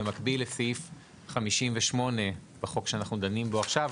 מקביל לסעיף 58 בחוק שאנחנו דנים בו עכשיו.